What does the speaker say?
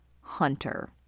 Hunter